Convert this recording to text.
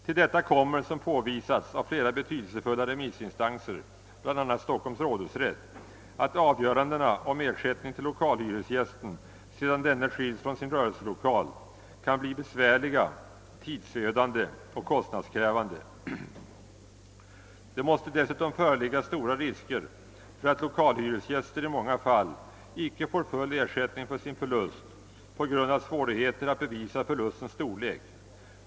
Till detta kommer, som påvisats av flera betydelsefulla remissinstanser, bl.a. Stockholms rådhusrätt, att avgörandena om ersättning till lokalhyresgästen sedan denne skilts från sin rörelselokal, kan bli besvärliga, tidsödande och kostnadskrävande. Det måste dessutom föreligga stora risker för att lokalhyresgäster i många fall icke får full ersättning för sin förlust på grund av svårigheter att bevisa förlustens storlek.